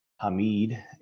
Hamid